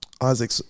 isaac